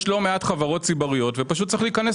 יש לא מעט חברות ציבוריות ופשוט צריך להיכנס